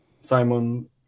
Simon